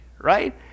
right